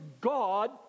God